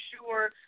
sure